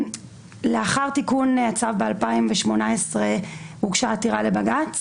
לאחר תיקון הצו ב-2018 הוגשה עתירה לבג"ץ